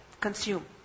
consume